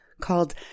called